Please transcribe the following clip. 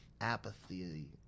apathy